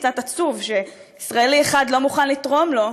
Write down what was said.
קצת עצוב שישראלי אחד לא מוכן לתרום לו,